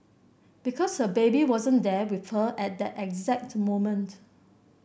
because her baby wasn't there with her at that exact moment